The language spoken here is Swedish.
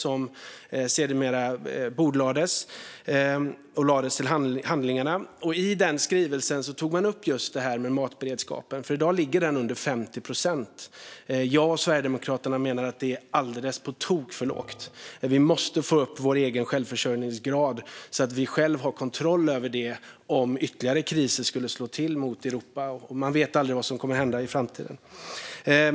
Den bordlades sedermera och lades till handlingarna. I skrivelsen tog man upp just matberedskapen, som i dag ligger under 50 procent. Jag och Sverigedemokraterna menar att det är på tok för lågt. Vi måste få upp vår självförsörjningsgrad så att vi själva har kontroll över det om ytterligare kriser skulle slå till mot Europa. Man vet aldrig vad som kommer att hända i framtiden.